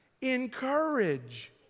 encourage